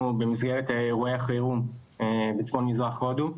במסגרת אירועי החירום בצפון מזרח הודו,